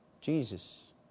Jesus